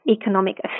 economic